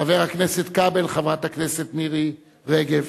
חבר הכנסת כבל, חברת הכנסת מירי רגב